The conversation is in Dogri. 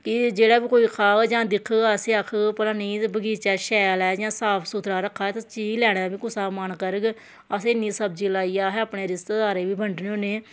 कि जेह्ड़ा बी कोई खाग जां दिखग असेंगी आखग भला नेईं बगीचा शैल ऐ जां साफ सुथरा रक्खे दा ते चीज लैने दा बी मन कुसा दा करग असें इन्नी सब्जी लाई ऐ असें अपने रिश्तेदारें बी बंडने होन्ने